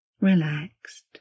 relaxed